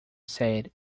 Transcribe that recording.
said